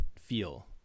feel